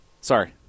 Sorry